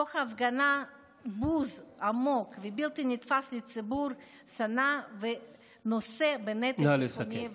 תוך הפגנת בוז עמוק ובלתי נתפס לציבור שנושא בנטל הביטחוני והכלכלי.